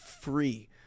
free